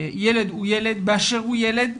ילד הוא ילד באשר הוא ילד.